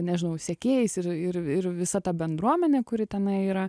nežinau sekėjais ir ir ir visa ta bendruomenė kuri tenai yra